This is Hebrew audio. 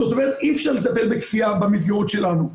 זאת אומרת שאי אפשר לטפל בכפייה במסגרות שלנו.